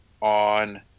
on